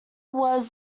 was